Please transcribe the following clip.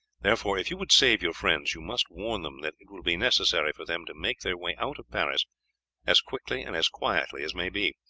therefore if you would save your friends you must warn them that it will be necessary for them to make their way out of paris as quickly and as quietly as may be.